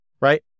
right